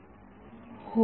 विद्यार्थीः